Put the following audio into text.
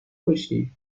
باشی